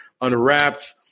unwrapped